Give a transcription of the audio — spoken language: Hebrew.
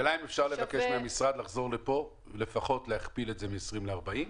אפשר לבקש מהמשרד להכפיל את זה מ-20 ל-40 לפחות,